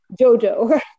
Jojo